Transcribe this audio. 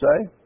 say